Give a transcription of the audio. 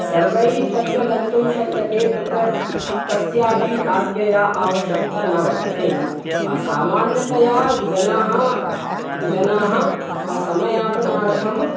सर्वैः तत्र गन्तुं शक्यते तत्र कस्यापि आज्ञायाः आवश्यकता न वर्तते सामान्यतया जनाः जनाः समयापनयार्थं